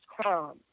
crime